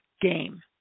game